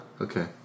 okay